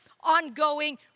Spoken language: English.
ongoing